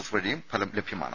S വഴിയും ഫലം ലഭ്യമാണ്